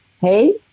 hey